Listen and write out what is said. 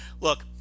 Look